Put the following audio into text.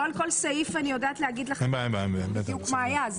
לא על כל סעיף אני יודעת להגיד לך בדיוק מה היה.